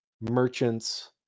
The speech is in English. merchants